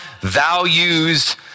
values